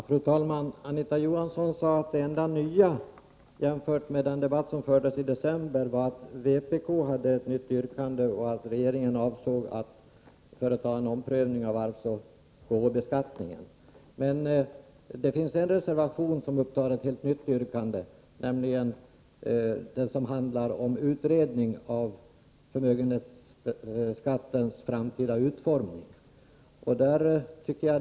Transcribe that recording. Fru talman! Anita Johansson sade att det enda nya jämfört med den debatt som fördes i december är att vpk har ett nytt yrkande och att regeringen avser att företa en omprövning av arvsoch gåvobeskattningen. Men det finns i en av reservationerna ytterligare ett nytt yrkande, nämligen det som handlar om utredning av förmögenhetsskattens framtida utformning.